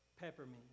Peppermint